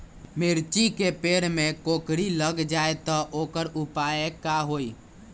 मिर्ची के पेड़ में कोकरी लग जाये त वोकर उपाय का होई?